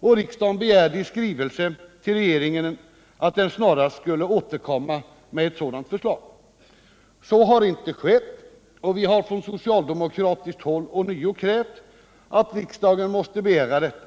och riksdagen begärde i skrivelse till regeringen att den snarast skulle återkomma med ett sådant förslag. Så har inte skett, och vi har från socialdemokratiskt håll ånyo krävt att riksdagen måtte begära detta.